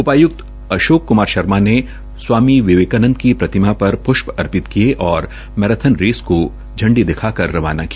उपायुक्त अशोक कुमार शर्मा ने स्वामी विवेकानदं की प्रतिमा पर प्रष्प अर्पित किये और मैराथन रेस को झंडी दिखा कर रवाना किया